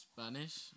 Spanish